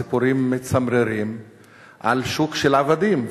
סיפורים מצמררים על שוק של עבדים,